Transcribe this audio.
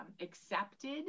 accepted